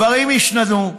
דברים השתנו,